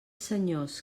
senyors